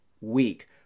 week